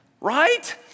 right